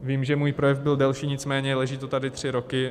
Vím, že můj projev byl delší, nicméně leží to tady tři roky.